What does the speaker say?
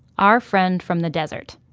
our friend from the desert.